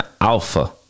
alpha